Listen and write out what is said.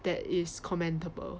that is commendable